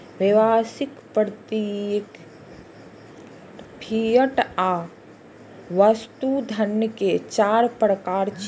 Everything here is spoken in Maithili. व्यावसायिक, प्रत्ययी, फिएट आ वस्तु धन के चार प्रकार छियै